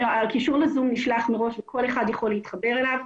הקישור ל-זום נשלח מראש וכל אחד יכול להתחבר אליו.